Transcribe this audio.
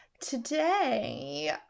today